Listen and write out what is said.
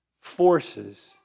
forces